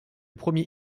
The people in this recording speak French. premier